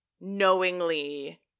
knowingly